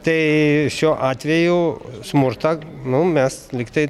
tai šiuo atveju smurtą nu mes mes lygtai